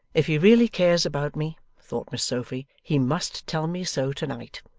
if he really cares about me thought miss sophy, he must tell me so, to-night